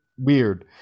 Weird